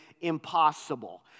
impossible